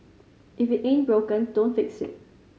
if it ain't broken don't fix it